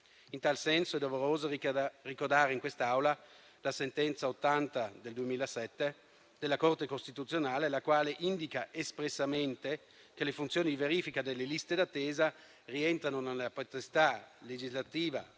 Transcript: In tal senso, è doveroso ricordare in quest'Aula la sentenza n. 80 del 2007 della Corte costituzionale, la quale indica espressamente che le funzioni di verifica delle liste d'attesa rientrano nella potestà legislativa